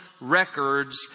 records